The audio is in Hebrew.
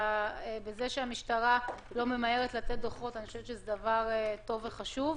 זה שהמשטרה לא ממהרת לתת דוחות זה דבר טוב וחשוב.